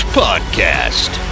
podcast